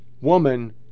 woman